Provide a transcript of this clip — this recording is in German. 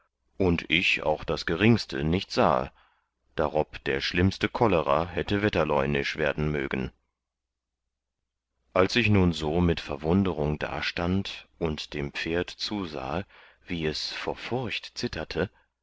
und ich auch das geringste nicht sahe darob der schlimmste kollerer hätte wetterläunisch werden mögen als ich nun so mit verwunderung dastund und dem pferd zusahe wie es vor furcht zitterte